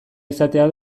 izatea